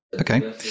Okay